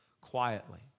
quietly